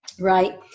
right